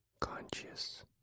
Conscious